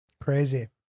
Crazy